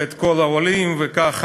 ואת כל העולים, וכך הלאה,